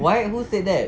why who said that